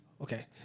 Okay